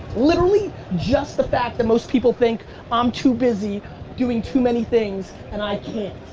literally, just the fact that most people think i'm too busy doing too many things, and i can't.